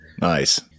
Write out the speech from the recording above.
Nice